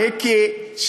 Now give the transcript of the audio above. מיקי,